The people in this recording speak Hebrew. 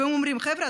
והם אומרים: חבר'ה,